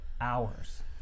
hours